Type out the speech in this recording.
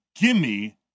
gimme